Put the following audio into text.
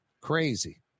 Crazy